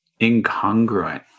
incongruent